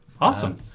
awesome